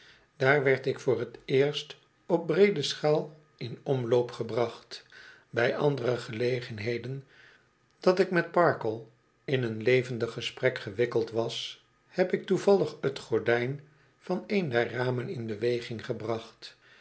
daar werd ik voor t eerst op breede schaal in omloop gebracht bij andere gelegenheden dat ik met parkle in een levendig gesprek gewikkeld was heb ik toevallig t gordijn van een der ramen in beweging gebracht